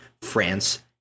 france